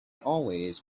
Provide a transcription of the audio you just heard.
always